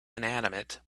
inanimate